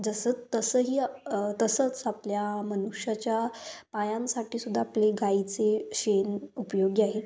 जसं तसंही तसंच आपल्या मनुष्याच्या पायांसाठीसुद्धा आपले गाईचे शेण उपयोगी आहे